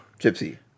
Gypsy